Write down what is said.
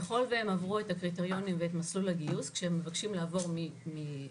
ככול והם עברו את הקריטריונים ואת מסלול לגיוס כשהם מבקשים לעבור מסדיר